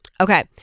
okay